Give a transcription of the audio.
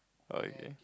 oh okay